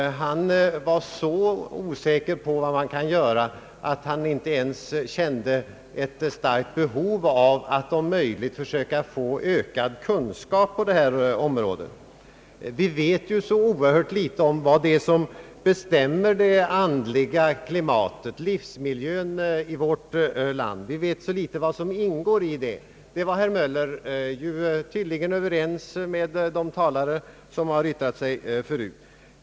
Han var så osäker på vad man kunde göra, att han inte ens kände ett starkt behov av att om möjligt försöka få ökad kunskap på detta område. Vi vet så oerhört litet om vad det är som bestämmer det andliga klimatet i livsmiljön i vårt land. Vi vet så litet om vad som ingår i det. Så långt var herr Möller tydligen överens med de talare som tidigare har yttrat sig.